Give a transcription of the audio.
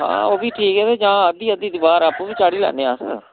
हां ओह्बी ठीक ऐ ते जां अद्धी अद्धी दवार आपूं बी चाढ़ी लैन्ने अस